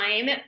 time